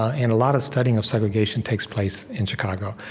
and a lot of studying of segregation takes place in chicago.